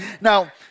Now